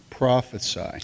prophesy